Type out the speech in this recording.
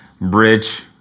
bridge